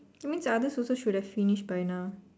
that means others also should have finish by now